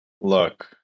Look